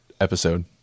episode